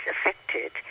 affected